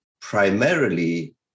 primarily